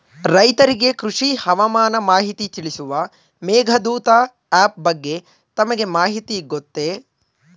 ರೈತರಿಗೆ ಕೃಷಿ ಹವಾಮಾನ ಮಾಹಿತಿ ತಿಳಿಸುವ ಮೇಘದೂತ ಆಪ್ ಬಗ್ಗೆ ತಮಗೆ ಮಾಹಿತಿ ಗೊತ್ತೇ?